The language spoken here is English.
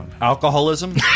Alcoholism